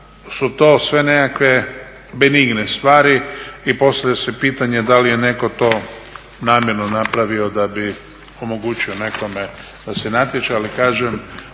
su to sve nekakve benigne stvari. I postavlja se pitanje da li je netko to namjerno napravio da bi omogućio nekome da se natječe. Ali kažem,